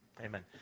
Amen